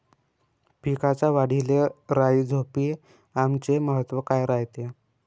पिकाच्या वाढीले राईझोबीआमचे महत्व काय रायते?